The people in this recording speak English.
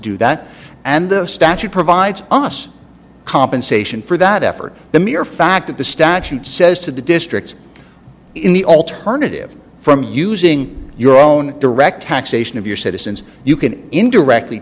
do that and the statute provides us compensation for that effort the mere fact that the statute says to the districts in the alternative from using your own direct taxation of your citizens you can indirectly